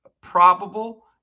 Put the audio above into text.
probable